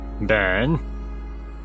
Ben